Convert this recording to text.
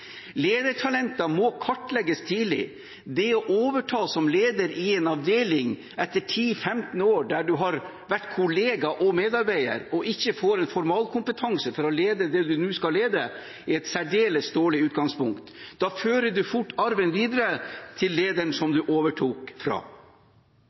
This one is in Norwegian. må kartlegges tidlig. Det å overta som leder i en avdeling etter ti-femten år der man har vært kollega og medarbeider og ikke får en formalkompetanse for å lede det man nå skal lede, er et særdeles dårlig utgangspunkt. Da fører man fort videre arven fra lederen